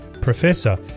professor